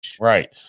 right